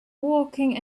walking